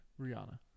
Rihanna